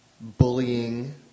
bullying